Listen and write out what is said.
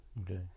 Okay